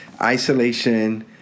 Isolation